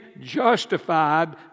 justified